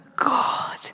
God